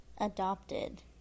adopted